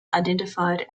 identified